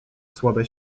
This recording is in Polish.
słabe